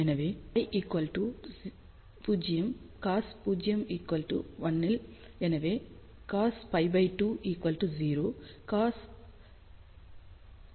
எனவே Φ 0 cos 0 1 இல்